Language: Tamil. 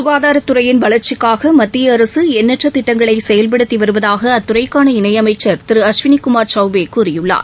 சுகாதாரத்துறையின் வள்ச்சிக்காகமத்திய அரசுஎண்ணற்றதிட்டங்களைசெயல்படுத்திவருவதாக அத்துறைக்கான இணைஅமைச்சர் திரு அஸ்வினிகுமார் சௌபேகூறியுள்ளார்